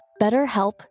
BetterHelp